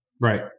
Right